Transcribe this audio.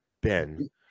ben